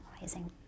Amazing